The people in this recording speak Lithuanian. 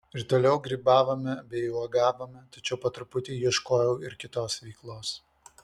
ir toliau grybavome bei uogavome tačiau po truputį ieškojau ir kitos veiklos